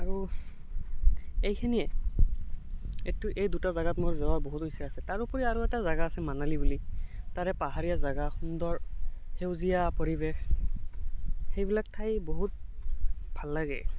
আৰু এইখিনিয়ে এইটো এই দুটা জেগাত মোৰ যোৱা বহুত ইচ্ছা আছে তাৰোপৰি আৰু এটা জেগা আছে মানালী বুলি তাৰে পাহাৰীয়া জেগা সুন্দৰ সেউজীয়া পৰিৱেশ সেইবিলাক ঠাই বহুত ভাল লাগে